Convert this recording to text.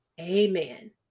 amen